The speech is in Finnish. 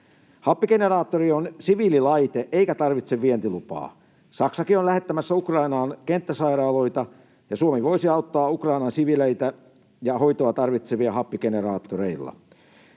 Happigeneraattori on siviililaite eikä tarvitse vientilupaa. Saksakin on lähettämässä Ukrainaan kenttäsairaaloita, ja Suomi voisi auttaa Ukrainan siviileitä ja hoitoa tarvitsevia happigeneraattoreilla.